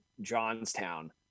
Johnstown